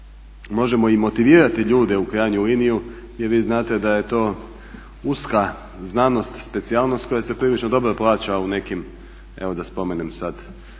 možemo i motivirati ljude u krajnju liniju jer vi znate da je to uska znanost, specijalnost koja se prilično dobro plaća u nekim, evo da spomenem sad